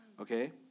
okay